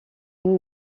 une